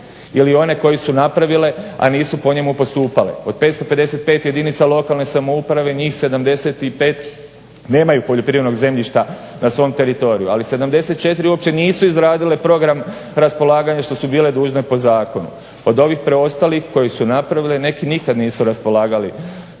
ili one koje su napravile a nisu po njemu postupale. Od 555 jedinica lokalne samouprave njih 75 nemaju poljoprivrednog zemljišta na svom teritoriju ali 74 uopće nisu izradile program raspolaganja što su bile dužne po zakonu. Od odvih preostalih koji su napravile neki nikad nisu raspolagali